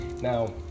Now